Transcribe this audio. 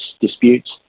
disputes